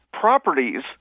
properties